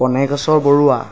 কনেকেশ্ৱৰ Barua